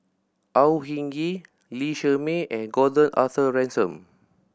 Au Hing Yee Lee Shermay and Gordon Arthur Ransome